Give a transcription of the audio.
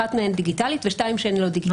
אחת מהן דיגיטלית ושתיים שהן לא דיגיטליות.